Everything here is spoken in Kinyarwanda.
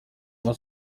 aya